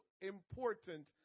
important